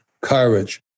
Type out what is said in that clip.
courage